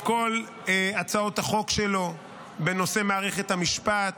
את כל הצעות החוק שלו בנושא מערכת המשפט,